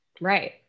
Right